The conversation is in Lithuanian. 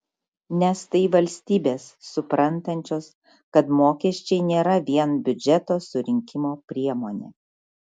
nes tai valstybės suprantančios kad mokesčiai nėra vien biudžeto surinkimo priemonė